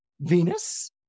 Venus